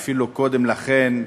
ואפילו קודם לכן,